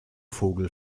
vogel